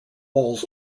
walls